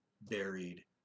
buried